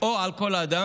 או על כל אדם,